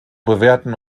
bewerten